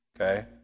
Okay